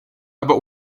aber